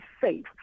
safe